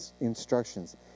instructions